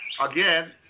again